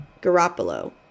Garoppolo